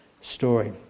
story